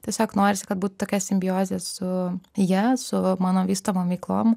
tiesiog norisi kad būtų tokia simbiozė su ja su mano vystomom veiklom